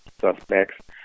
suspects